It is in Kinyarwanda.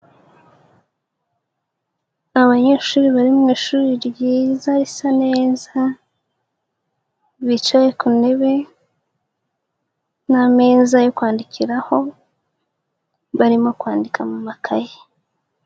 Abanyeshuri bari mu ishuri ryiza risa neza. Bicaye ku ntebe n'ameza yo kwandikiraho. Barimo kwandika mu makayi.